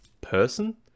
person